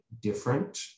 different